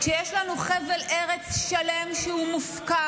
כשיש לנו חבל ארץ שלם שהוא מופקר,